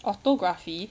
autography